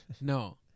No